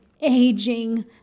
aging